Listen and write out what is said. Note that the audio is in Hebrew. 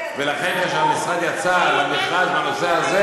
לכן כאשר המשרד יצא למכרז בנושא הזה,